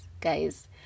guys